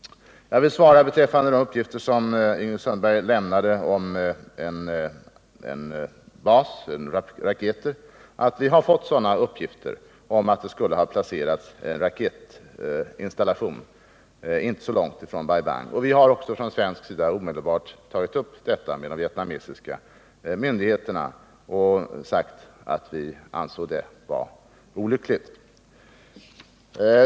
Beträffande de uppgifter som Ingrid Sundberg lämnade om en bas för raketer vill jag säga att vi fått uppgifter om att det skulle ha satts upp en raketinstallation inte så långt ifrån Bai Bang. Vi har också från svensk sida omedelbart tagit upp detta med de vietnamesiska myndigheterna och sagt att vi anser det vara olyckligt.